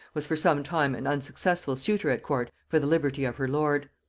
was for some time an unsuccessful suitor at court for the liberty of her lord.